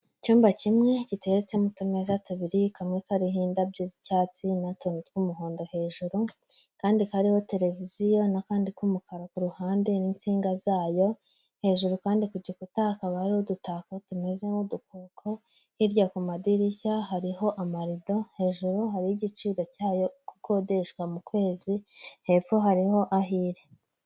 Icyumba kimwe giteretsemo utumeza tubiri, kamwe kariho indabyo z'icyatsi n'utuntu tw'umuhondo hejuru akandi kariho televiziyo n'akandi k'umukara ku ruhande n'insinga zayo, hejuru kandi ku gikuta hakaba hariho udutako tumeze nk'udukoko hirya ku madirishya hariho amarido hejuru hariho igiciro cyayo uko ikodeshwa mu kwezi, hepfo hariho aho iri.